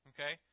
Okay